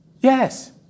Yes